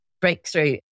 breakthrough